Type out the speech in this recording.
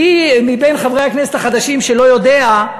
מי מחברי הכנסת החדשים שלא יודע,